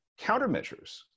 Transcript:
countermeasures